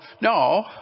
No